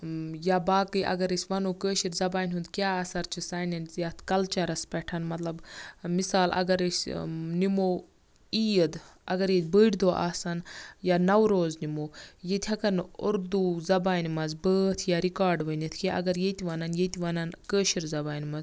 یا باقٕے اَگَر أسۍ وَنو کٲشِر زَبانہِ ہُنٛد کیٛاہ اَثَر چھُ سانیٚن یَتھ کَلچَرَس پیٚٹھ مطلب مِثال اگر أسۍ نِمو عیٖد اَگَر ییٚتہِ بٔڑۍ دۄہ آسَن یا نَوروز نِمو ییٚتہِ ہیٚکَن نہٕ اُردو زَبانہِ منٛز بٲتھ یا رِکارڈ ؤنِتھ کیٚنٛہہ اگر ییٚتہِ وَنَن ییٚتہِ وَنَن کٲشِر زَبانہِ منٛز